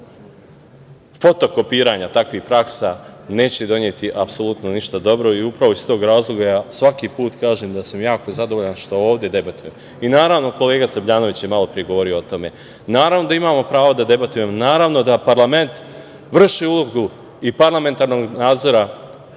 fotokopiranja takvih praksa, neće doneti ništa dobro i upravo iz tog razloga ja svaki put kažem, da sam jako zadovoljan što ovde debatujem. Naravno, kolega Srbljanović je malopre govorio o tome, naravno da imamo pravo da debatujemo, naravno da parlament vrši ulogu i parlamentarnog nadzora